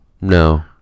No